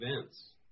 events